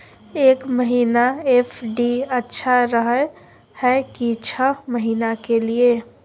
एक महीना एफ.डी अच्छा रहय हय की छः महीना के लिए?